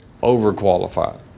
Overqualified